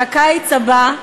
שהקיץ הבא,